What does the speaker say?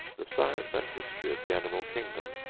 the science and history of the animal kingdom,